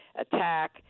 attack